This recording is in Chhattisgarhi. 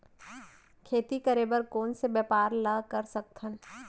खेती करे बर कोन से व्यापार ला कर सकथन?